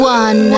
one